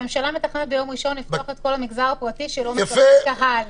הממשלה מתכננת לפתוח ביום ראשון את כל המגזר הפרטי שלא מקבל קהל.